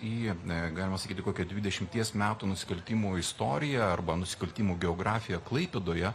į galima sakyti kokią dvidešimties metų nusikaltimų istorija arba nusikaltimų geografiją klaipėdoje